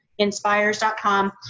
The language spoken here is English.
inspires.com